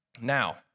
Now